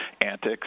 antics